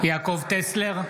טסלר,